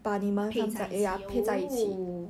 配在一起 oo